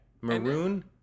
Maroon